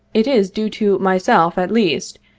it is due to myself, at least,